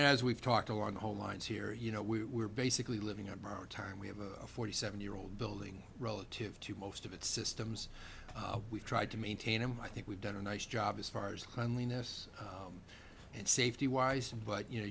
as we've talked on the whole lines here you know we were basically living on borrowed time we have a forty seven year old building relative to most of its systems we've tried to maintain and i think we've done a nice job as far as cleanliness and safety wise but you know